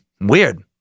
weird